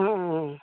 ও ও